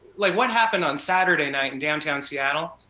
like what happened on saturday night in downtown seattle,